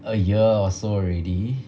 a year or so already